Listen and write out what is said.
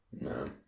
No